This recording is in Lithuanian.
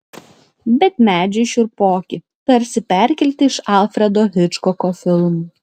bet medžiai šiurpoki tarsi perkelti iš alfredo hičkoko filmų